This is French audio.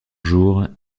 jours